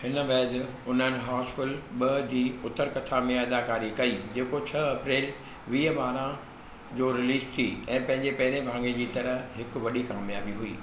हिन बैदि उन्हनि हाउसफुल ॿ जी उत्तर कथा में अदाकारी कई जेको छह अप्रैल वीह ॿारहं जो रिलीज़ थी ऐं पंहिंजे पहिरे भाङे जी तरह हिकु वॾी कामयाबी हुई